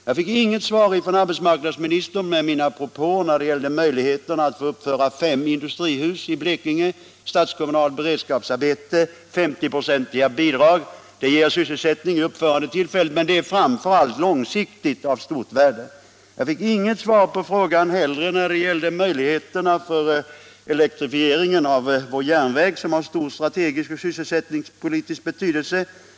Jag fick inget svar från arbetsmarknadsministern på mina propåer när det gällde möjligheterna att få uppföra fem industrihus i Blekinge som statskommunalt beredskapsarbete med 50-procentiga bidrag. Det ger sysselsättning vid uppförandetillfället, men det är framför allt långsiktigt av stort värde. Jag fick inte heller något svar på frågan om möjligheterna till elektrifiering av vår järnväg, vilket har stor strategisk och sysselsättningspolitisk betydelse.